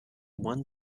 won